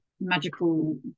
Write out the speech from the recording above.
magical